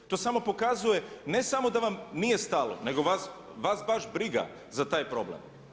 To samo pokazuje ne samo da vam nije stalo nego vas baš briga za taj problem.